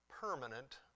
Permanent